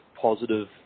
positive